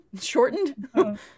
shortened